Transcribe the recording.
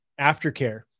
aftercare